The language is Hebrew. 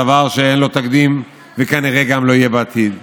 דבר שאין לו תקדים וכנראה גם לא יהיה בעתיד.